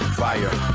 fire